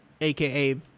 aka